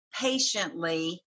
patiently